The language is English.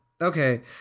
okay